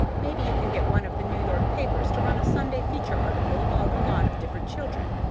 maybe you can get one of the new york papers to run a sunday feature article about a lot of different children.